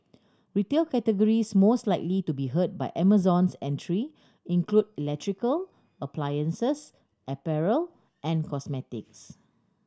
retail categories most likely to be hurt by Amazon's entry include electrical appliances apparel and cosmetics